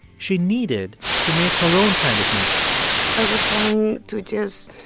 she needed to make her own kind of music i was trying to just